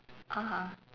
(uh huh)